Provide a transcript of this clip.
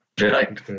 Right